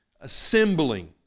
Assembling